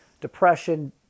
depression